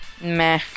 Meh